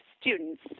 students